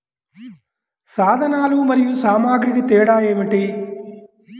సాధనాలు మరియు సామాగ్రికి తేడా ఏమిటి?